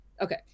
Okay